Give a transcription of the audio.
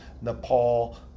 Nepal